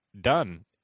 Done